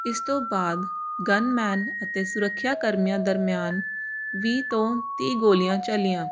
ਇਸ ਤੋਂ ਬਾਅਦ ਗੰਨਮੈਨ ਅਤੇ ਸੁਰੱਖਿਆ ਕਰਮੀਆਂ ਦਰਮਿਆਨ ਵੀਹ ਤੋਂ ਤੀਹ ਗੋਲੀਆਂ ਚੱਲੀਆਂ